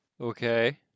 Okay